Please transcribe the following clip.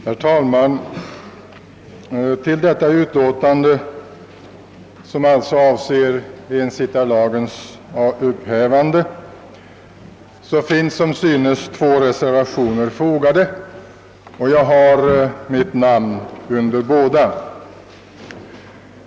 Herr talman! Till detta utlåtande, som avser ensittarlagens upphävande, finns som synes två reservationer fogade, och jag har mitt namn under båda.